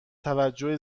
توجه